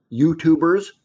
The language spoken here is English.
YouTubers